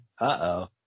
Uh-oh